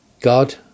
God